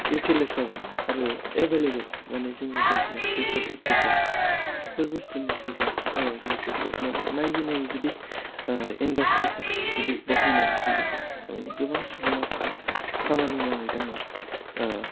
utilise जागोन आरो available माने जोंनि जायगायाव बेफोर बस्थुफ्रा बेफोर बस्थुनि जायगा ओह जे गभमोना नायै नायै जुदि ओह इनदास्थ्रिफोर जुदि बहायनानै होयाब्ला बेयाव गोबां सुबुङा बेवहाय खामानि मावै दाङै ओह